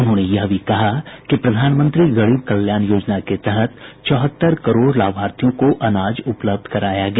उन्होंने यह भी कहा कि प्रधानमंत्री गरीब कल्याण योजना के तहत चौहत्तर करोड़ लाभार्थियों को अनाज उपलब्ध कराया गया